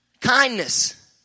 kindness